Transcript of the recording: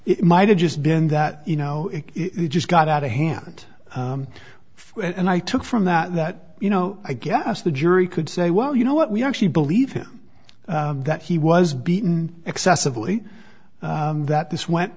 it might have just been that you know it just got out of hand and i took from that that you know i guess the jury could say well you know what we actually believe him that he was beaten excessively that this when